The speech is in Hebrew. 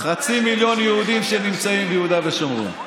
חצי מיליון יהודים שנמצאים ביהודה ושומרון,